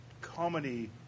comedy